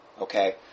Okay